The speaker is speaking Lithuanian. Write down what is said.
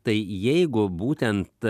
tai jeigu būtent